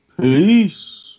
Peace